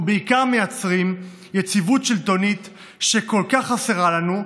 אנחנו בעיקר מייצרים יציבות שלטונית שכל כך חסרה לנו,